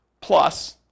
Plus